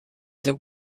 the